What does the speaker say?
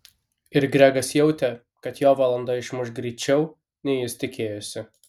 ir gregas jautė kad jo valanda išmuš greičiau nei jis tikėjosi